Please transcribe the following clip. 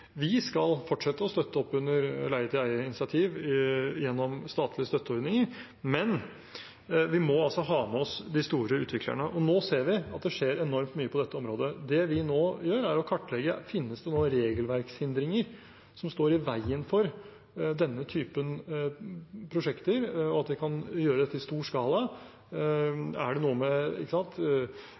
Vi skal fortsette med å støtte opp om leie-til-eie-initiativ gjennom statlige støtteordninger, men vi må altså ha med oss de store utviklerne. Og nå ser vi at det skjer enormt mye på dette området. Det vi nå gjør, er å kartlegge om det finnes noen regelverkshindringer som står i veien for denne typen prosjekter, at man kan gjøre dette i stor skala – boliger som er organisert på ulikt vis, borettslagsmodell, sameiemodell. Hva er det